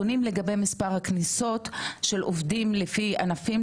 לפי ענפים לאזור האישי ושימוש בכלי זה.